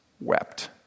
wept